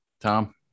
Tom